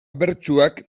bertsuak